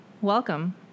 Welcome